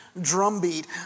drumbeat